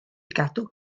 gadw